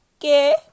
okay